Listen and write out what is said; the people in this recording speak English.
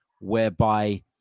whereby